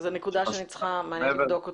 זו נקודה שאני צריכה לבדוק אותה.